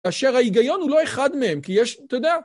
אשר ההיגיון הוא לא אחד מהם, כי יש, אתה יודע.